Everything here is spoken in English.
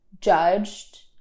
judged